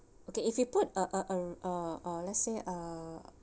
okay if you put uh uh uh uh uh let's say uh